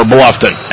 Bluffton